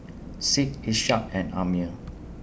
Syed Ishak and Ammir